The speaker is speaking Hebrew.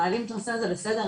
שמעלים את הנושא הזה לסדר-היום,